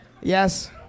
Yes